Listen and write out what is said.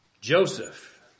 Joseph